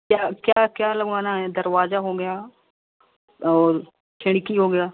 क्या क्या क्या लगवाना है दरवाज़ा हो गया और खिड़की हो गया